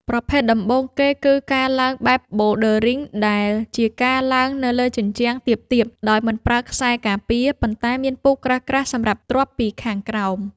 ប្រភេទដំបូងគេគឺ ការឡើងបែបប៊ូលឌើរីង ដែលជាការឡើងនៅលើជញ្ជាំងទាបៗដោយមិនប្រើខ្សែការពារ ប៉ុន្តែមានពូកក្រាស់ៗសម្រាប់ទ្រាប់ពីខាងក្រោម។